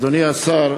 אדוני השר,